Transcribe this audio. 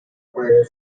where